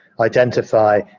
identify